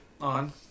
on